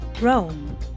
Rome